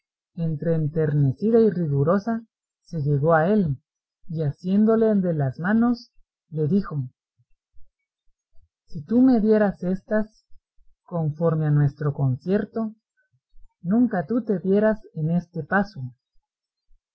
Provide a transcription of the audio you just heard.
entre enternecida y rigurosa se llegó a él y asiéndole de las manos le dijo si tú me dieras éstas conforme a nuestro concierto nunca tú te vieras en este paso